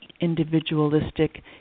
individualistic